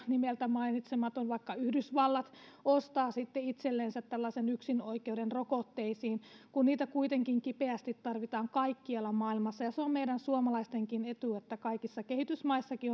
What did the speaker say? nimeltä mainitsematon jättivaltio vaikka yhdysvallat ostaa sitten itselleen tällaisen yksinoikeuden rokotteisiin kun niitä kuitenkin kipeästi tarvitaan kaikkialla maailmassa se on meidän suomalaistenkin etu että kaikissa kehitysmaissakin